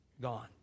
gone